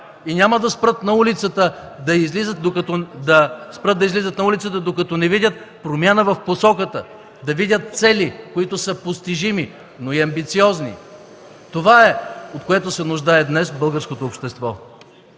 и няма да спрат да излизат на улицата, докато не видят промяна в посоката, да видят цели, които са постижими, но и амбициозни. Това е, от което се нуждае днес българското общество.